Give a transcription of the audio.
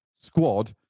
squad